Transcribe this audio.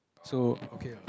so okay ah